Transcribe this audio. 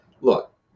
look